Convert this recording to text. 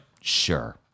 sure